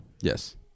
Yes